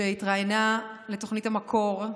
שהתראיינה לתוכנית המקור,